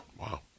Wow